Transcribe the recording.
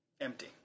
empty